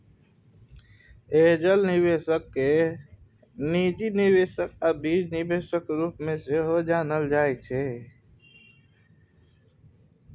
angel निबेशक केँ निजी निबेशक आ बीज निबेशक रुप मे सेहो जानल जाइ छै